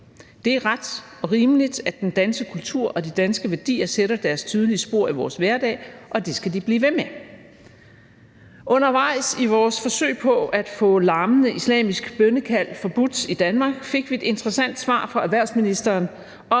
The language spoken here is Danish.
Det er ret og rimeligt, at den danske kultur og de danske værdier sætter deres tydelige spor i vores hverdag, og det skal de blive ved med. Undervejs i vores forsøg på at få larmende islamiske bønnekald forbudt i Danmark, fik vi et interessant svar fra erhvervsministeren om,